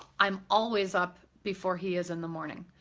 i'm always up before he is in the morning.